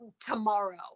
tomorrow